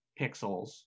pixels